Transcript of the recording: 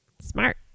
Smart